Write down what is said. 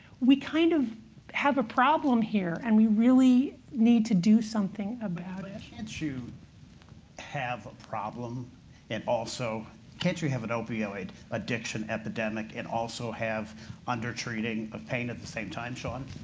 we kind of have a problem here, and we really need to do something about it. but can't you have a problem and also can't you have an opioid addiction epidemic and also have undertreating of pain at the same time, sean?